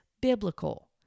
biblical